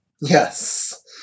Yes